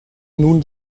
nun